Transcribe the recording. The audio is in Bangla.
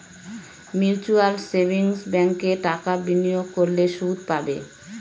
মিউচুয়াল সেভিংস ব্যাঙ্কে টাকা বিনিয়োগ করলে সুদ পাবে